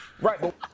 Right